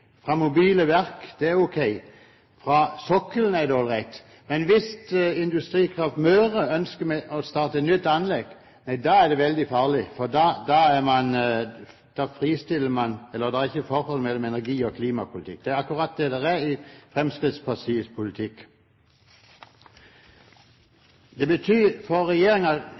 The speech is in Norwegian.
fra mobile verk er det ok, fra sokkelen er det ålreit, men hvis Industrikraft Møre ønsker å starte nytt anlegg, da er det veldig farlig, for da er det ikke noe forhold mellom energipolitikk og klimapolitikk. Det er akkurat det det er i Fremskrittspartiets politikk. For regjeringen betyr det